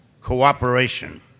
cooperation